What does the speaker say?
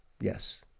Yes